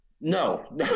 No